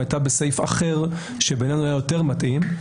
הייתה בסעיף אחד שבעינינו היה יותר מתאים.